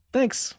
Thanks